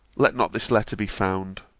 let not this letter be found.